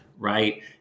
Right